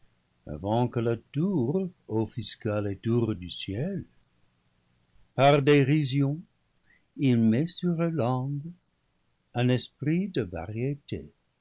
avant que la tour offusquât les tours du ciel par dérision il met sur leurs langues un esprit de variété